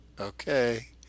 okay